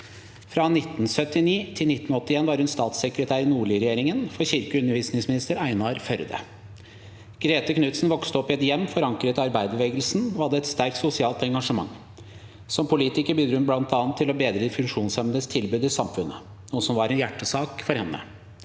Fra 1979 til 1981 var hun statssekretær i Nordli-regjeringen, for kirke- og undervisningsminister Einar Førde. Grete Knudsen vokste opp i et hjem forankret i arbeiderbevegelsen og hadde et sterkt sosialt engasjement. Som politiker bidro hun bl.a. til å bedre de funksjonshemmedes tilbud i samfunnet, noe som var en hjertesak for henne.